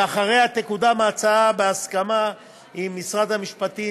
ואחריה תקודם ההצעה בהסכמה עם משרד המשפטים,